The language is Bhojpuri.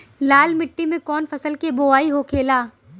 लाल मिट्टी में कौन फसल के बोवाई होखेला?